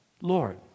Lord